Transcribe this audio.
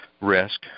risk